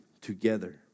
together